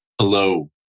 Hello